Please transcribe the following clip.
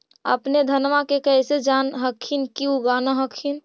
अपने धनमा के कैसे जान हखिन की उगा न हखिन?